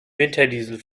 winterdiesel